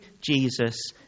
Jesus